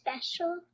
special